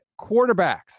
quarterbacks